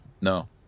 No